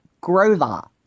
Grover